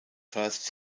first